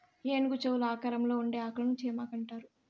ఏనుగు చెవుల ఆకారంలో ఉండే ఆకులను చేమాకు అంటారు